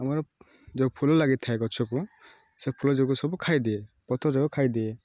ଆମର ଯେଉଁ ଫୁଲ ଲାଗିଥାଏ ଗଛକୁ ସେ ଫୁଲ ଯୋଗୁଁ ସବୁ ଖାଇଦିଏ ପତ୍ର ଯାକ ଖାଇଦିଏ